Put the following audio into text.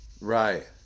right